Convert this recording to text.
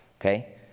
okay